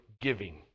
giving